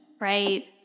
Right